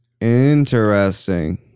Interesting